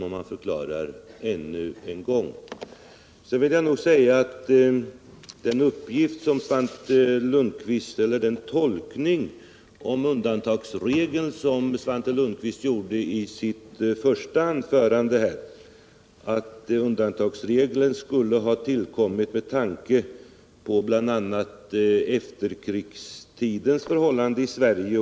Sedan gjorde Svante Lundkvist i sitt första anförande den tolkningen av undantagsregeln att den skulle ha tillkommit med tanke på bl.a. efterkrigstidens förhållanden i Sverige.